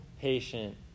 patient